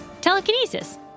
Telekinesis